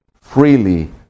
freely